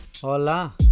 Hola